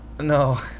no